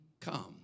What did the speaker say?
come